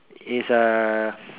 is uh